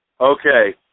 Okay